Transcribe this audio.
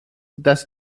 dass